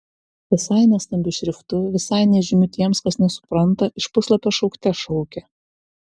visai ne stambiu šriftu visai nežymiu tiems kas nesupranta iš puslapio šaukte šaukė